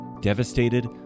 devastated